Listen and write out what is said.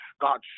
God